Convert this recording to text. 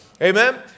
Amen